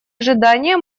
ожидание